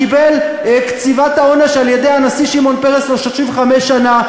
קיבל קציבת העונש על-ידי הנשיא שמעון פרס ל-35 שנה,